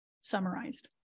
summarized